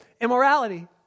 immorality